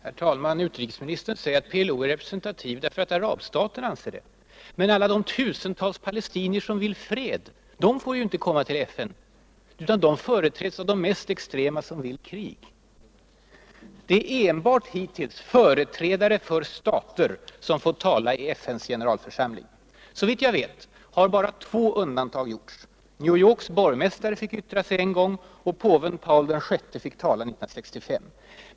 Herr talman! Utrikesministern säger att PLO är representativ därför att arabstaterna anser det. Men alla de tusentals palestinier som vill fred får ju inte komma till FN utan företräds av de mest extrema som vill krig. Det är hittills enbart företrädare för stater som fått tala i FN:s generalförsamling. Såvitt jag vet har bara två undantag gjorts. New Yorks borgmästare fick yttra sig en gång och påven Paul VI fick tala 1965.